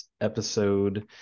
episode